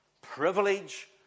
privilege